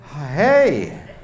Hey